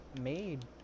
made